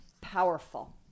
powerful